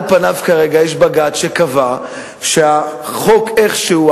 על פניו כרגע יש בג"ץ שקבע שהחוק איך שהוא,